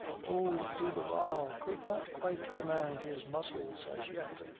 old de barral could not quite command his muscles, as yet.